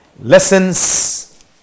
Lessons